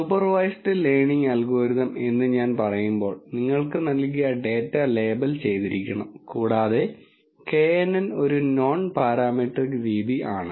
supervised learning algorithm എന്ന് ഞാൻ പറയുമ്പോൾ നിങ്ങൾക്ക് നൽകിയ ഡാറ്റ ലേബൽ ചെയ്തിരിക്കണം കൂടാതെ knn ഒരു നോൺ പാരാമെട്രിക് രീതി ആണ്